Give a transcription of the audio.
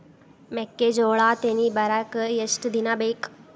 ಮೆಕ್ಕೆಜೋಳಾ ತೆನಿ ಬರಾಕ್ ಎಷ್ಟ ದಿನ ಬೇಕ್?